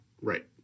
Right